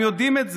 הם יודעים את זה.